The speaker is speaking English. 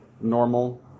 normal